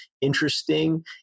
interesting